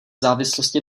závislosti